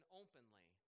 openly